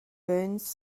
burns